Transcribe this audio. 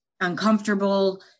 uncomfortable